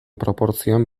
proportzioan